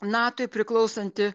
natui priklausanti